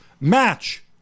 match